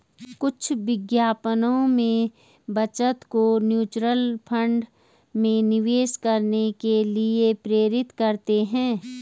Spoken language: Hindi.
कुछ विज्ञापनों में बचत को म्यूचुअल फंड में निवेश करने के लिए प्रेरित करते हैं